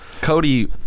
Cody